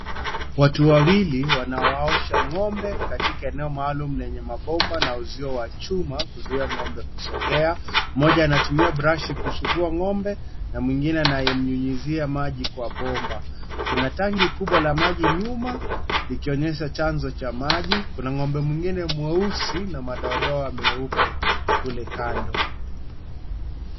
Watu wawili wanawaosha ng'ombe katika eneo maaalum lenye mabomba na uzuio wa chuma kuzuia ng'ombe kusongea, moja anatumia brashi kusugua ng'ombe na mwingine anayemnyunyizia maji kwa bomba, kuna tangi kubwa la maji nyuma likionyesha chanzo cha maji, kuna ng'ome mwingine mweusi na madoadoa meupe kule kando.